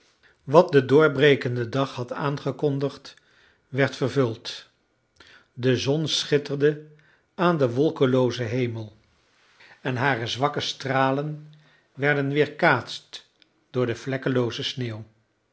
wat de doorbrekende dag had aangekondigd werd vervuld de zon schitterde aan den wolkeloozen hemel en hare zwakke stralen werden weerkaatst door de vlekkelooze sneeuw